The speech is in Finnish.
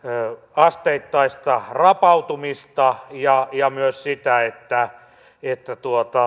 asteittaista rapautumista ja ja myös sitä että että